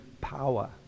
power